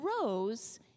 rose